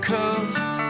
coast